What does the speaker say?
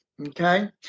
Okay